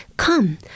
Come